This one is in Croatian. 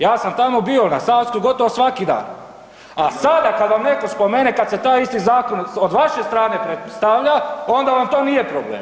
Ja sam tamo bio na Savskoj gotovo svaki dan, a sada kada vam neko spomene kad se taj isti zakon od vaše strane predstavlja onda vam to nije problem.